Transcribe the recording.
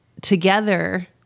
together